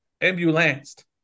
ambulanced